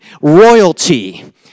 royalty